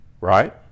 right